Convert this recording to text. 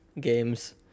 games